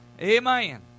Amen